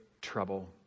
trouble